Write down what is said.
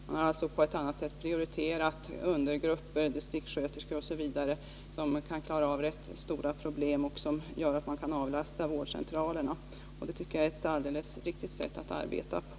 Man har alltså på ett annat sätt prioriterat undergrupper, distriktssköterskor osv. som kan klara av rätt stora problem, och det gör att man kan avlasta vårdcentralerna. Det tycker jag är ett alldeles riktigt sätt att arbeta på.